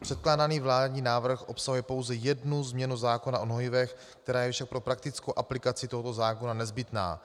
Předkládaný vládní návrh obsahuje pouze jednu změnu zákona o hnojivech, která je však pro praktickou aplikaci tohoto zákona nezbytná.